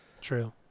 True